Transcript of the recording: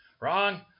wrong